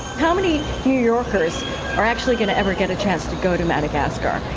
how many new yorkers are actually going to ever get a chance to go to madagascar?